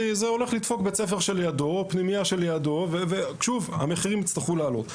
זה הולך לדפוק בית ספר לידו או פנימייה לידו ושוב המחירים יצטרכו לעלות.